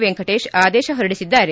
ವೆಂಕಟೇಶ್ ಆದೇಶ ಹೊರಡಿಸಿದ್ದಾರೆ